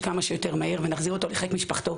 כמה שיותר מהר ונחזיר אותו לחיק משפחתו,